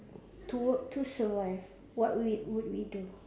to work to survive what we would we do